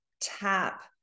tap